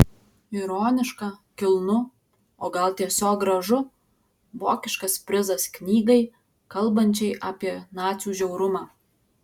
ironiška kilnu o gal tiesiog gražu vokiškas prizas knygai kalbančiai apie nacių žiaurumą